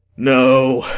no,